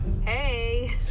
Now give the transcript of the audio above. hey